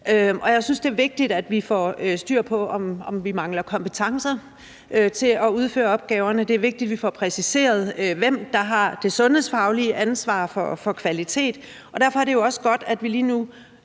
det er vigtigt, at vi får styr på, om vi mangler kompetencer til at udføre opgaverne. Det er vigtigt, at vi får præciseret, hvem der har det sundhedsfaglige ansvar for kvalitet. Og derfor er det jo også godt, at vi lige nu